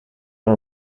are